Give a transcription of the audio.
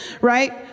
right